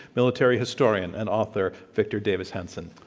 military historian and author victor davis hanson.